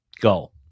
Go